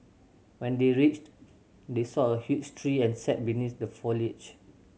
when they reached they saw a huge tree and sat beneath the foliage